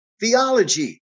theology